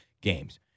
games